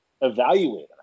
evaluate